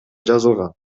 жазылган